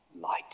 light